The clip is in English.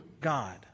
God